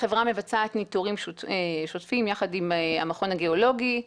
החברה מבצעת ניטורים שוטפים יחד עם המכון הגיאולוגי.